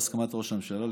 בהסכמת ראש הממשלה,